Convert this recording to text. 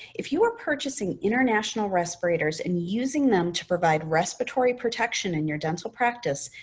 if you are purchasing international respirators and using them to provide respiratory protection in your dental practice,